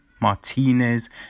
Martinez